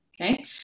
Okay